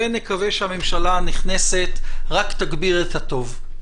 ונקווה שהממשלה הנכנסת רק תגביר את הטוב.